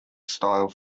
style